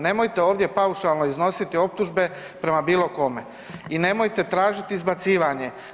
Nemojte ovdje paušalno iznositi optužbe prema bilo kome i nemojte tražiti izbacivanje.